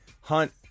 hunt